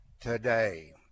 today